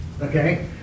Okay